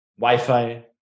Wi-Fi